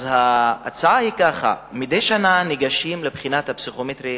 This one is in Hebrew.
אז ההצעה היא כך: מדי שנה ניגשים לבחינה הפסיכומטרית,